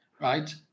right